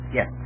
Yes